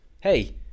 hey